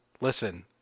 Listen